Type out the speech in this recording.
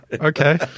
Okay